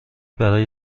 برای